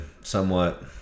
somewhat